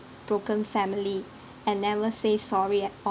broken family and never say sorry at all